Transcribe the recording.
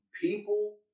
people